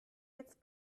jetzt